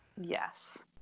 Yes